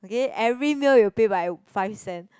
okay every meal you pay by five cent